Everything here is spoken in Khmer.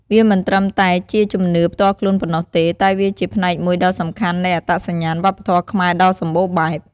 វាមិនត្រឹមតែជាជំនឿផ្ទាល់ខ្លួនប៉ុណ្ណោះទេ តែវាជាផ្នែកមួយដ៏សំខាន់នៃអត្តសញ្ញាណវប្បធម៌ខ្មែរដ៏សម្បូរបែប។